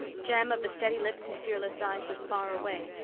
jem, of the steady lips and fearless eyes, was far away,